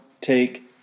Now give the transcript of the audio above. take